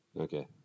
Okay